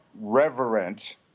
reverent